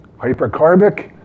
Hypercarbic